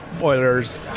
Oilers